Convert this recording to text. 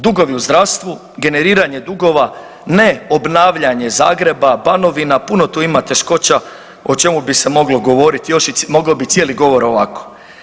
Dakle, dugovi u zdravstvu, generiranje dugova, ne obnavljanje Zagreba, Banovina, puno tu ima teškoća o čemu bi se moglo govoriti, mogao bih cijeli govor ovako.